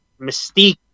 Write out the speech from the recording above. mystique